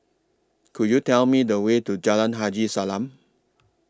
Could YOU Tell Me The Way to Jalan Haji Salam